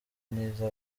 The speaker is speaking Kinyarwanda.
n’iza